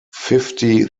fifty